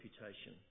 reputation